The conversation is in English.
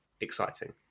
exciting